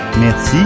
Merci